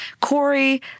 Corey